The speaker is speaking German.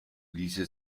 ließe